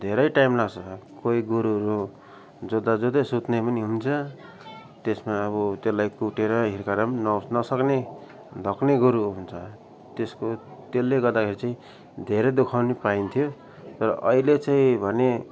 धेरै टाइम लाग्छ कोही गोरुहरू जोत्दा जोत्दै सुत्ने पनि हुन्छ त्यसमा अब त्यसलाई कुटेर हिर्काएर पनि न नसक्ने धक्ने गोरु हुन्छ त्यसको त्यसले गर्दाखेरि चाहिँ धेरै दुःख पनि पाइन्थ्यो तर अहिले चाहिँ भने